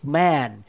man